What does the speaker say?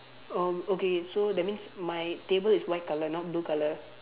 oh okay so that means my table is white colour not blue colour